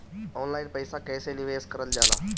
Online पईसा कईसे निवेश करल जाला?